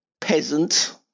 peasant